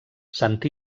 sant